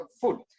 food